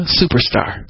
superstar